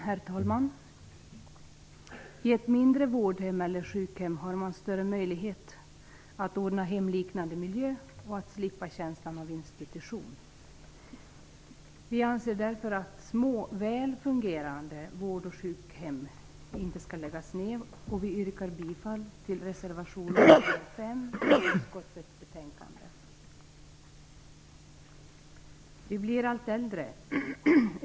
Herr talman! På ett mindre vårdhem eller sjukhem har man större möjlighet att ordna hemliknande miljö och att slippa känslan av institution. Vi anser därför att små, väl fungerande vård och sjukhem inte skall läggas ned. Vi yrkar bifall till reservation nr 5 till utskottets betänkande. Vi blir allt äldre.